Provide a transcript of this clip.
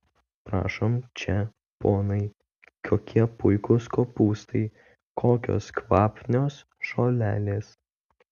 prašom čia ponai kokie puikūs kopūstai kokios kvapnios žolelės